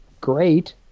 great